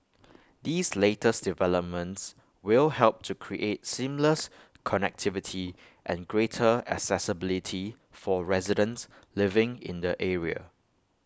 these latest developments will help to create seamless connectivity and greater accessibility for residents living in the area